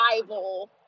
Bible